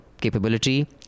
capability